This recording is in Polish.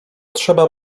trzeba